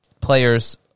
players